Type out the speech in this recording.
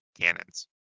cannons